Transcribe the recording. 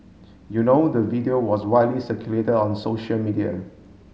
you know the video was widely circulated on social media